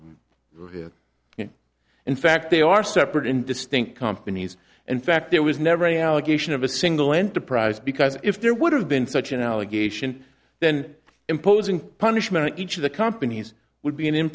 separately in fact they are separate and distinct companies and fact there was never any allegation of a single enterprise because if there would have been such an allegation then imposing punishment in each of the companies would be an